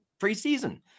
preseason